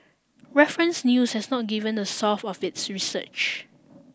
Reference News has not given the source of its research